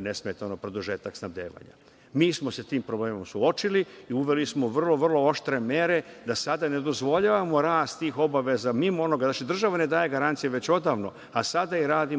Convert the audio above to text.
nesmetan produžetak snabdevanja. Mi smo se sa tim problemom suočili. Uveli smo vrlo, vrlo oštre mere da sada ne dozvoljavamo rast tih obaveza mimo onoga, znači, država ne daje garancije već odavno, a sada i radimo